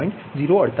048 degree મળે